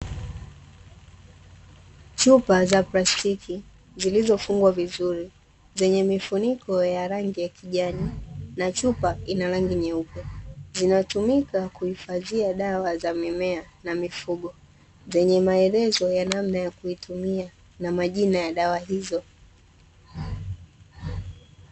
Chupa za plastiki zilizofungwa vizuri zenye mifuniko ya rangi ya kijani na chupa ina rangi nyeupe, zinatumika kuhifadhia dawa za mimea na mifugo. Zenye maelezo ya namna ya kuitumia na majina ya dawa hizo.